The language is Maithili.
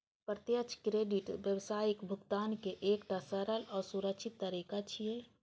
प्रत्यक्ष क्रेडिट व्यावसायिक भुगतान के एकटा सरल आ सुरक्षित तरीका छियै